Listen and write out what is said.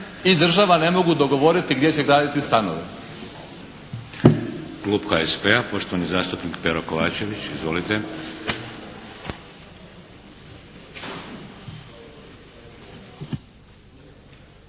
i država ne mogu dogovoriti gdje će graditi stanove.